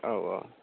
औ औ